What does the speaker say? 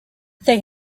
they